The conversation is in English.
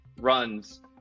runs